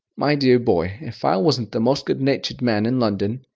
my dear boy, if i wasn't the most good-natured man in london